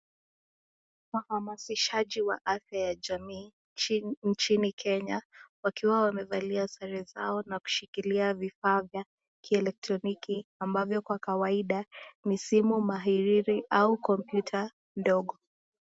Wahamasishaji wa afya ya jamii nchini Kenya wakiwa wamevalia sare zao na kushikilia vifaa vya kielectroniki ambavyo kwa kawaida ni simu mahiriri au kompyuta ndogo.